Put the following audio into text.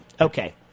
Okay